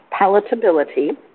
palatability